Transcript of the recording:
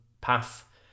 path